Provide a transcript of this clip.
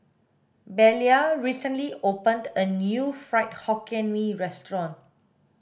Belia recently opened a new fried hokkien mee restaurant